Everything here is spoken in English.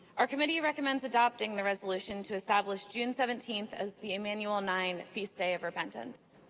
our committee recommends adopting the resolution to establish june seventeenth as the emmanuel nine feast day of repentance.